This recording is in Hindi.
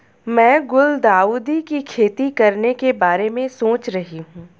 मैं गुलदाउदी की खेती करने के बारे में सोच रही हूं